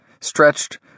stretched